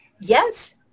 Yes